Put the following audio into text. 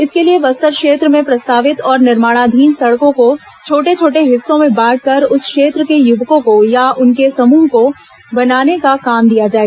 इसके लिए बस्तर क्षेत्र में प्रस्तावित और निर्माणाधीन सड़कों को छोटे छोटे हिस्सों में बांटकर उस क्षेत्र के युवकों को या उनके समूह को बनाने का काम दिया जाए